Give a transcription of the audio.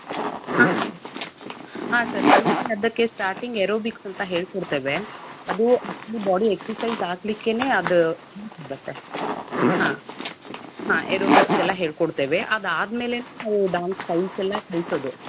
ಹಾಂ ಸರ್ ಹಾಂ ಸರ್ ನಮ್ಮಲ್ಲಿ ಅದಕ್ಕೆ ಸ್ಟಾರ್ಟಿಂಗ್ ಏರೋಬಿಕ್ಸ್ ಅಂತ ಹೇಳ್ಕೊಡ್ತೇವೆ ಅದು ಬಾಡಿ ಎಕ್ಸರ್ಸೈಜ್ ಆಗಲಿಕ್ಕೇ ಅದು ಆಗುತ್ತೆ ಹಾಂ ಹಾಂ ಏರೋಬಿಕ್ಸ್ ಎಲ್ಲ ಹೇಳ್ಕೊಡ್ತೇವೆ ಅದಾದಮೇಲೆ ನಾವು ಡ್ಯಾನ್ಸ್ ಸ್ಟೈಲ್ಸೆಲ್ಲ ಕಲಿಸೋದು